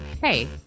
Hey